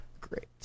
great